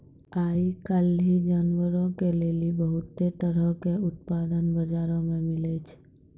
आइ काल्हि जानवरो के लेली बहुते तरहो के उत्पाद बजारो मे मिलै छै